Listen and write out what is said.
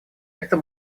это